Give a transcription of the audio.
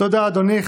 תודה, אדוני.